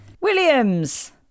Williams